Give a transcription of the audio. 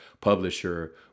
publisher